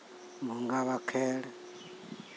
ᱵᱚᱸᱜᱟ ᱵᱟᱸᱠᱷᱮᱲ